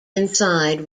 inside